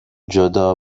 جدا